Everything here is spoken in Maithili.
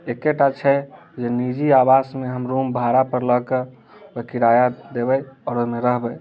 एकहिटा छै जे निजी आवासमे हम रूम भाड़ा पर लऽके ओकर किराया देबै आओर ओहिमे रहबै